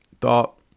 thought